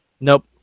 Nope